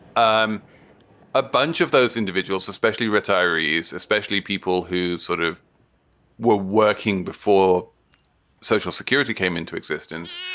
um a bunch of those individuals, especially retirees, especially people who sort of were working before social security came into existence,